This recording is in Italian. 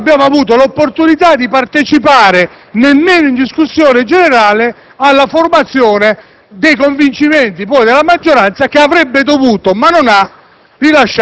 non abbiamo avuto l'opportunità di partecipare nemmeno in discussione generale alla formazione dei convincimenti della maggioranza, che avrebbe dovuto ma non ha